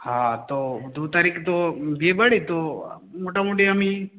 হ্যাঁ তো দু তারিখ তো বিয়েবাড়ি তো মোটামুটি আমি